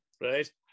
Right